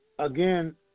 Again